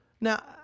Now